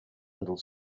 little